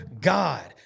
God